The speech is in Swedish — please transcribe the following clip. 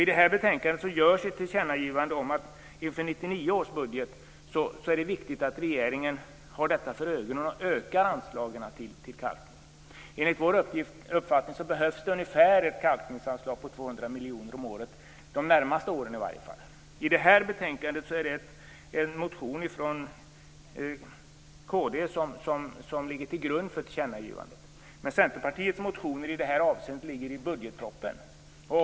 I detta betänkande görs ett tillkännagivande om att det inför 1999 års budget är viktigt att regeringen har detta för ögonen och ökar anslagen till kalkning. Enligt vår uppfattning behövs det ungefär ett kalkningsanslag på 200 miljoner om året, i varje fall de närmaste åren. I detta betänkande ligger en motion från kd till grund för ett tillkännagivande. Men Centerpartiets motioner i detta avseende finns i betänkandet med anledning av budgetpropositionen.